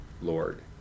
Lord